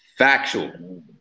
Factual